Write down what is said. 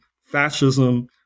fascism